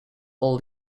all